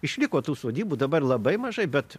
išliko tų sodybų dabar labai mažai bet